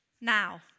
Now